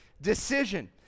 decision